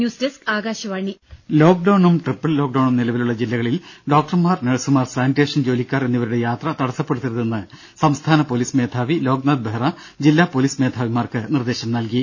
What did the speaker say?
ദേദ ലോക്ഡൌണും ട്രിപ്പിൾ ലോക്ഡൌണും നിലവിലുള്ള ജില്ലകളിൽ ഡോക്ടർമാർ നഴ്സുമാർ സാനിറ്റേഷൻ ജോലിക്കാർ എന്നിവരുടെ യാത്ര തടസ്സപ്പെടുത്തരുതെന്ന് സംസ്ഥാന പൊലീസ് മേധാവി ലോക്നാഥ് ബെഹ്റ ജില്ലാ പൊലീസ് മേധാവിമാർക്ക് നിർദ്ദേശം നൽകി